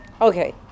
Okay